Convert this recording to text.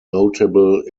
notable